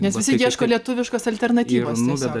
nes visi ieško lietuviškos alternatyvos tiesiog